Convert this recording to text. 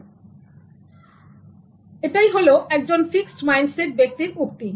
সুতরাং ওটা হল একজন ফিক্সড মাইন্ডসেট ব্যক্তির উক্তি